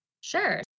Sure